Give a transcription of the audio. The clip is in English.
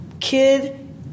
kid